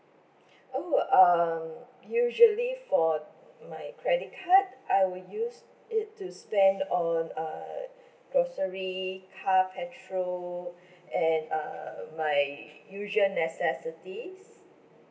oh um usually for my credit card I will use it to spend on uh grocery car petrol and uh my usual necessities